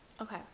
okay